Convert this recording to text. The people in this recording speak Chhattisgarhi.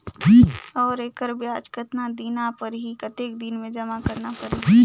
और एकर ब्याज कतना देना परही कतेक दिन मे जमा करना परही??